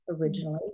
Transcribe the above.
originally